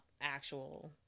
actual—